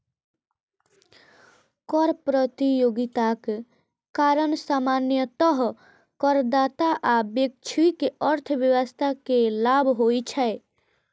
कर प्रतियोगिताक कारण सामान्यतः करदाता आ वैश्विक अर्थव्यवस्था कें लाभ होइ छै